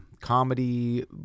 comedy